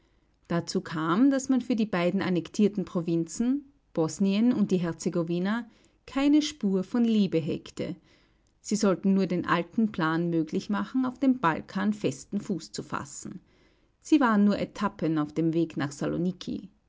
dazu kam daß man für die beiden annektierten provinzen bosnien und die herzegowina keine spur von liebe hegte sie sollten nur den alten plan möglich machen auf dem balkan festen fuß zu fassen sie waren nur etappen auf dem wege nach saloniki